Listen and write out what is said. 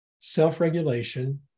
self-regulation